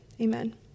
amen